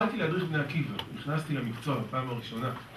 באתי להדריך בבני עקיבא, נכנסתי למקצוע בפעם הראשונה